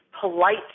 polite